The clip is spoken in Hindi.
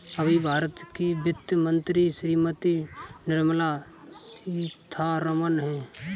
अभी भारत की वित्त मंत्री श्रीमती निर्मला सीथारमन हैं